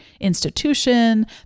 institution